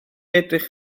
edrych